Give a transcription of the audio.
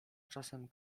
czasem